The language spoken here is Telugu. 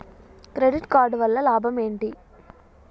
క్రెడిట్ కార్డు వల్ల లాభం ఏంటి?